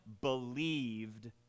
believed